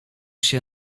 się